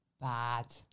Bad